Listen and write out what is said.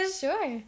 Sure